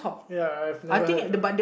ya I've never heard of it